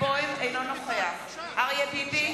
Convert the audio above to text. אריה ביבי,